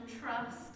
Trust